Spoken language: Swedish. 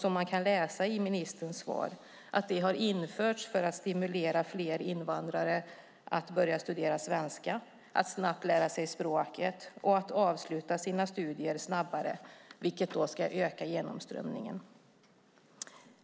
I ministerns svar kan man läsa att den har införts för att stimulera fler invandrare att börja studera svenska, snabbt lära sig språket och avsluta sina studier snabbare, vilket ska öka genomströmningen.